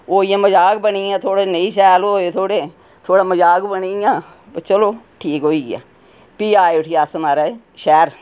ओह् इ'यां मजाक बनेआ नेईं शैल होए थोह्ड़े थोह्ड़ा मजाक बनी गेआ पर चलो ठीक होई गेआ फ्ही आई उठी माराज अस शैह्र